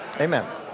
Amen